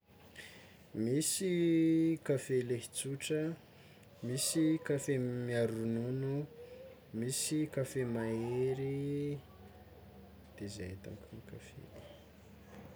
Misy kafe le tsotra, misy kafe miaro ronono, misy kafe mahery de zay kafe.